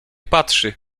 patrzy